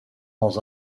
dans